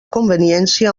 conveniència